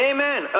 Amen